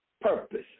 purpose